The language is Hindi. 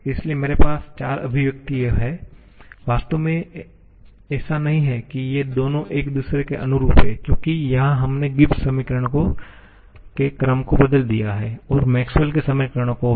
इसलिए मेरे पास चार अभिव्यक्तियां हैं वास्तव में ऐसा नहीं है कि ये दोनों एक दूसरे के अनुरूप हैं क्योंकि यहां हमने गिब्स समीकरणों के क्रम को बदल दिया है और मैक्सवेल के समीकरणों Maxwells equations को भी